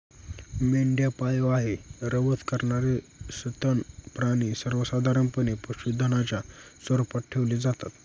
मेंढ्या पाळीव आहे, रवंथ करणारे सस्तन प्राणी सर्वसाधारणपणे पशुधनाच्या स्वरूपात ठेवले जातात